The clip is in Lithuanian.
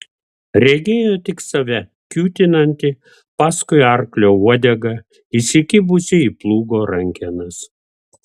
regėjo tik save kiūtinantį paskui arklio uodegą įsikibusį į plūgo rankenas